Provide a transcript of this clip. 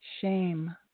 shame